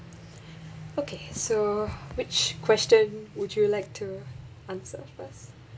okay so which question would you like to answer first